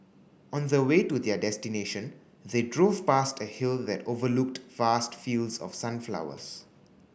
on the way to their destination they drove past a hill that overlooked vast fields of sunflowers